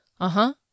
Uh-huh